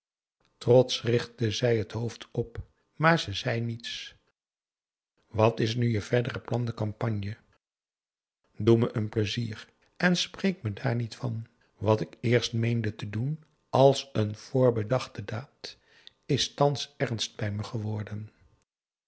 trotsch richtte zij het hoofd op maar ze zei niets wat is nu je verdere plan de campagne doe me een pleizier en spreek me daar niet van wat ik eerst meende te doen als een voorbedachte daad is thans ernst bij me geworden